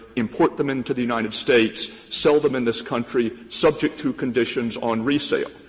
import them into the united states, sell them in this country, subject to conditions on resale.